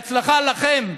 בהצלחה לכם.